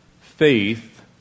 faith